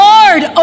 Lord